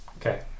Okay